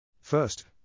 First